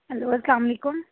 hello السّلام علیکم